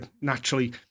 naturally